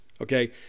okay